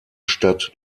stadt